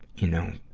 you know,